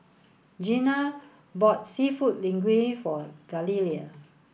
Jeanna bought Seafood Linguine for Galilea